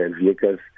vehicles